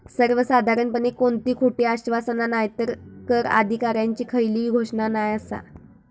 सर्वसाधारणपणे कोणती खोटी आश्वासना नायतर कर अधिकाऱ्यांची खयली घोषणा नाय आसा